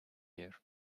here